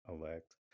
Elect